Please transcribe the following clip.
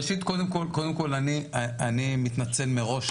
ראשית, קודם כל אני מתנצל מראש.